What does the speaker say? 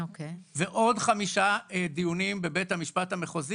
ועוד חמישה דיונים בבית המשפט המחוזי,